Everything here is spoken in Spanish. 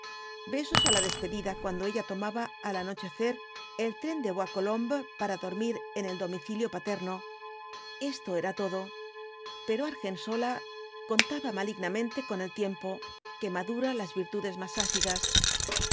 besos á la despedida cuando ella tomaba al anochecer el tren de bois colombes para dormir en el domicilio paterno esto era todo pero argensola contaba malignamente con el tierapo que madura las virtudes más acidas